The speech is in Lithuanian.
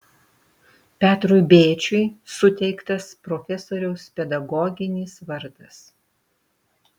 petrui bėčiui suteiktas profesoriaus pedagoginis vardas